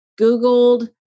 Googled